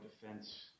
defense